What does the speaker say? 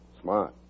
Smart